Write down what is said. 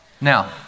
Now